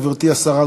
גברתי השרה,